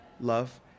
love